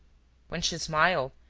when she smiled,